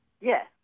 Yes